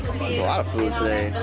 a lot of food today.